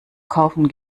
kaufen